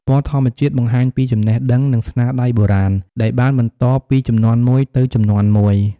ពណ៌ធម្មជាតិបង្ហាញពីចំណេះដឹង និងស្នាដៃបុរាណ ដែលបានបន្តពីជំនាន់មួយទៅជំនាន់មួយ។